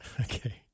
Okay